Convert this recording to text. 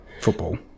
football